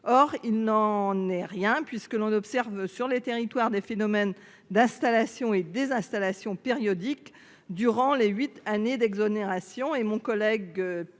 Or il n'en est rien, puisque l'on observe sur les territoires des phénomènes « d'installations et de désinstallations » périodiques durant les huit années d'exonération. C'est ce que